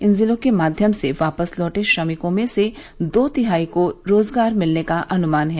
इन जिलों के माध्यम से वापस लौटे श्रमिकों में से दो तिहाई को रोजगार मिलने का अनुमान है